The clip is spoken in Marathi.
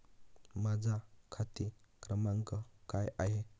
माझा खाते क्रमांक काय आहे?